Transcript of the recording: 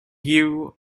you